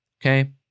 Okay